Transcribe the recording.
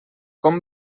com